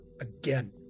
again